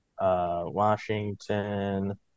Washington